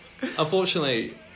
Unfortunately